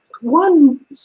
one